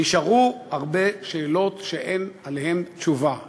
נשארו הרבה שאלות שאין עליהן תשובה.